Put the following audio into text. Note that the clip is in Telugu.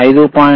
6 5